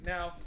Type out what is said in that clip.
Now